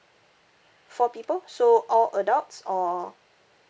four people so all adults or